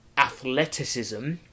athleticism